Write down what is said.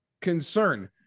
concern